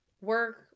work